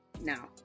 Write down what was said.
now